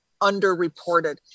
underreported